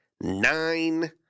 nine